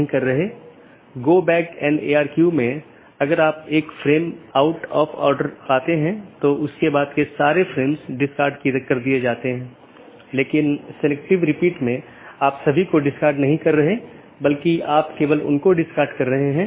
इसलिए पथ का वर्णन करने और उसका मूल्यांकन करने के लिए कई पथ विशेषताओं का उपयोग किया जाता है और राउटिंग कि जानकारी तथा पथ विशेषताएं साथियों के साथ आदान प्रदान करते हैं इसलिए जब कोई BGP राउटर किसी मार्ग की सलाह देता है तो वह मार्ग विशेषताओं को किसी सहकर्मी को विज्ञापन देने से पहले संशोधित करता है